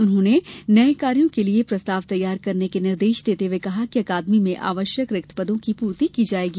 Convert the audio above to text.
उन्होंने नये कार्यों के लिये प्रस्ताव तैयार करने के निर्देश देते हुए कहा कि अकादमी में आवश्यक रिक्त पदों की पूर्ति की जाएगी